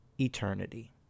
eternity